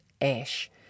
ash